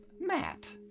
Matt